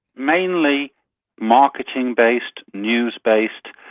mainly marketing-based, news-based,